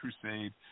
Crusade